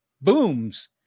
booms